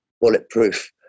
bulletproof